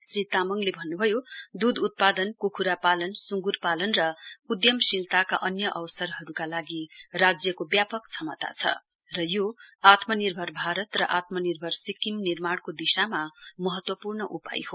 श्री तामङले भन्नुभयो दूध उत्पादन कुखुरा पालन सुङ्गुर पालन उद्यमशीलताका अन्य अवसरहरुका लागि राज्यको व्यापक क्षमता छ र यो आत्मनिर्भर भारत र आत्मनिर्भर सिक्किम निर्माणको दिशामा महत्वपूर्व उपाय हो